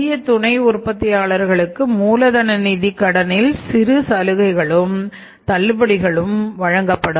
சிறிய துணை உற்பத்தியாளர்களுக்கு மூலதன நிதி கடனில் சில சலுகைகளும் தள்ளுபடிகளும் வழங்கப்படும்